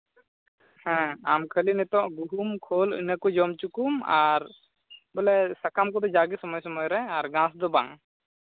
ᱦᱮᱸ ᱟᱢ ᱠᱷᱟᱹᱞᱤ ᱱᱤᱛᱚᱜ ᱜᱩᱦᱩᱢ ᱠᱷᱳᱞ ᱤᱱᱟᱹᱠᱚ ᱡᱚᱢ ᱦᱚᱪᱚ ᱠᱚᱢ ᱟᱨ ᱥᱟᱠᱟᱢ ᱠᱚᱫᱚ ᱡᱟᱜᱮ ᱥᱚᱢᱚᱭ ᱥᱚᱢᱚᱭ ᱨᱮ ᱜᱷᱟᱥ ᱫᱚ ᱵᱟᱝ